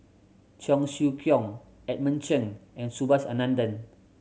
Cheong Siew Keong Edmund Cheng and Subhas Anandan